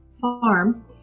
farm